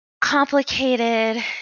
complicated